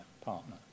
partner